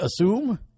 assume